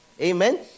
Amen